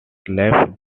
left